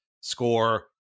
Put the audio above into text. score